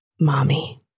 mommy